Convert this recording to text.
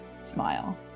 smile